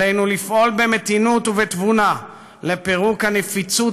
עלינו לפעול במתינות ובתבונה לפירוק הנפיצות